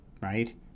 right